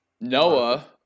Noah